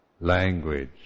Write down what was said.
language